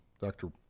Dr